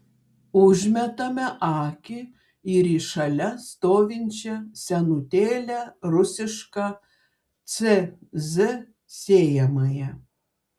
užmetame akį ir į šalia stovinčią senutėlę rusišką cz sėjamąją